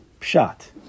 pshat